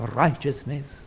righteousness